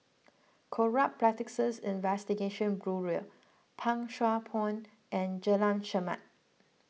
Corrupt Practices Investigation Bureau Pang Sua Pond and Jalan Chermat